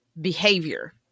behavior